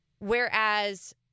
Whereas